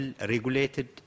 regulated